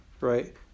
Right